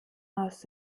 aus